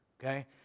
okay